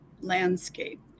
landscape